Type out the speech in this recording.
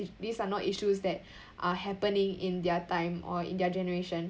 these are not issues that are happening in their time or in their generation